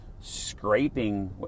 scraping